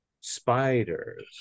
Spiders